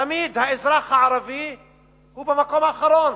תמיד האזרח הערבי הוא במקום האחרון,